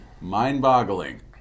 mind-boggling